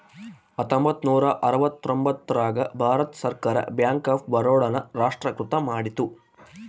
ಹತ್ತೊಂಬತ್ತ ನೂರ ಅರವತ್ತರ್ತೊಂಬತ್ತ್ ರಾಗ ಭಾರತ ಸರ್ಕಾರ ಬ್ಯಾಂಕ್ ಆಫ್ ಬರೋಡ ನ ರಾಷ್ಟ್ರೀಕೃತ ಮಾಡಿತು